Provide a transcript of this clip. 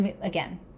Again